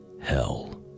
hell